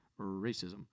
racism